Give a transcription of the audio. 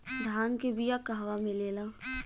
धान के बिया कहवा मिलेला?